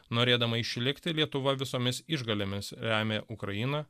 norėdama išlikti lietuva visomis išgalėmis remia ukrainą